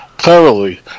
Thoroughly